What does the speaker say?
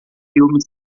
filme